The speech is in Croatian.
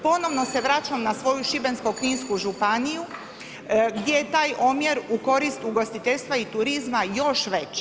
Ponovno se vraćam na svoju Šibensko-kninsku županiju gdje je taj omjer u korist ugostiteljstva i turizma još veći.